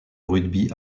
rugby